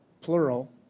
plural